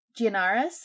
Gianaris